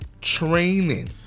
training